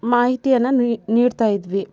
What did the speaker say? ಮಾಹಿತಿಯನ್ನು ನೀಡ್ತಾಯಿದ್ವಿ